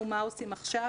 אמרנו: מה עושים עכשיו?